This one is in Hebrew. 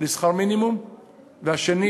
והשני